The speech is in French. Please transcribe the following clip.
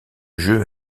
jeu